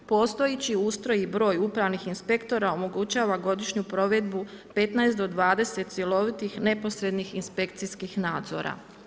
Postojeći ustroj i broj upravnih inspektora omogućava godišnju provedbu 15 do 20 cjelovitih neposrednih inspekcijskih nadzora.